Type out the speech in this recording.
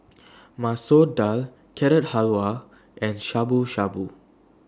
Masoor Dal Carrot Halwa and Shabu Shabu